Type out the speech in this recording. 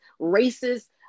racist